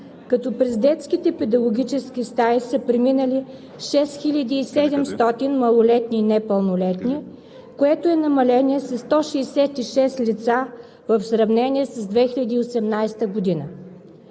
като през детските педагогически стаи са преминали 6700 малолетни и непълнолетни, което е намаление със 166 лица в сравнение с 2018 г.